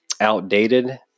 outdated